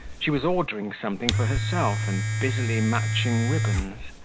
she was ordering something for herself, and busily matching ribbons.